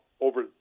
over